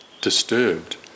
disturbed